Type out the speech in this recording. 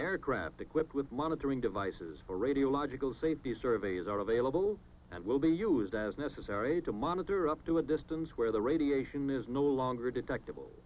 aircraft equipped with monitoring devices or radiological save these surveys are available and will be used as necessary to monitor up to a distance where the radiation is no longer deductible